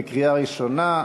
בקריאה ראשונה.